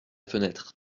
fenêtre